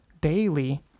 daily